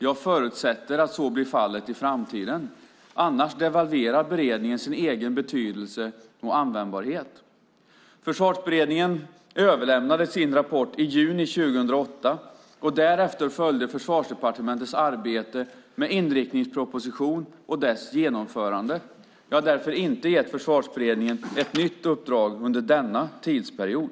Jag förutsätter att så blir fallet i framtiden, annars devalverar beredningen sin egen betydelse och användbarhet. Försvarsberedningen överlämnade sin rapport i juni 2008, och därefter följde Försvarsdepartementets arbete med inriktningspropositionen och dess genomförande. Jag har därför inte gett Försvarsberedningen ett nytt uppdrag under denna tidsperiod.